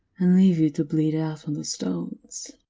and leave you to bleed it out on the stones.